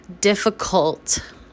difficult